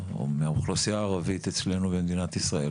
מהאוכלוסייה הערבית אצלנו במדינת ישראל